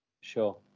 Sure